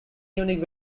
unique